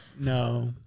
No